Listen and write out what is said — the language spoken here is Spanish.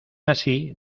así